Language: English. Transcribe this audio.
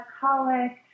colic